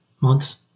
months